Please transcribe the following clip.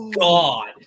God